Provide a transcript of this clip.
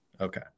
Okay